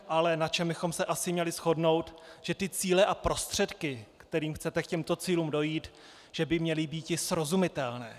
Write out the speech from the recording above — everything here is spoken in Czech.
Ale na čem bychom se asi měli shodnout, že ty cíle a prostředky, kterými chcete k těmto cílům dojít, by měly být srozumitelné.